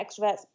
extroverts